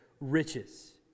riches